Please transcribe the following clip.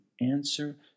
answer